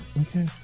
Okay